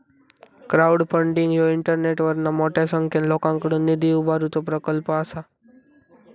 crowdfunding ह्यो इंटरनेटवरना मोठ्या संख्येन लोकांकडुन निधी उभारुचो प्रकल्प असा